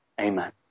Amen